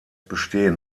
bestehen